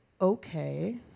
Okay